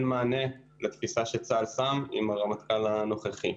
מענה לתפיסת הניצחון שצה"ל שם עם הרמטכ"ל הנוכחי.